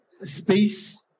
space